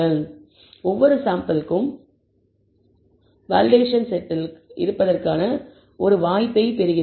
எனவே ஒவ்வொரு சாம்பிளும் வேலிடேஷன் செட்டில் இருப்பதற்கான வாய்ப்பை பெறுகிறது